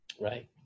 Right